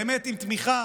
באמת, עם תמיכה